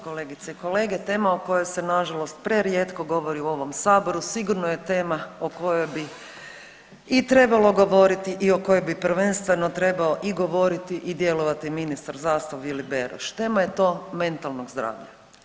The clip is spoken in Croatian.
Kolegice i kolege tema o kojoj se nažalost prerijetko govori u ovom saboru sigurno je tema o kojoj bi i trebalo govoriti i o kojoj bi prvenstveno trebao i govoriti i djelovati ministar zdravstva Vili Beroš, tema je to mentalnog zdravlja.